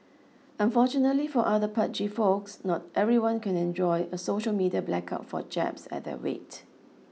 unfortunately for other pudgy folks not everyone can enjoy a social media blackout for jabs at their weight